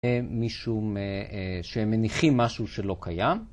משום שהם מניחים משהו שלא קיים.